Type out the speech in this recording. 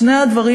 שני הדברים,